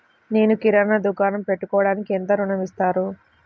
నేను కిరాణా దుకాణం పెట్టుకోడానికి ఎంత ఋణం ఇస్తారు?